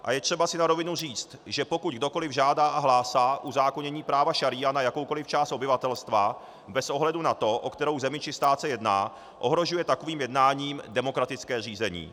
A je třeba si na rovinu říct, že pokud kdokoliv žádá a hlásá uzákonění práva šaría na jakoukoliv část obyvatelstva bez ohledu na to, o kterou zemi či stát se jedná, ohrožuje takovým jednáním demokratické řízení.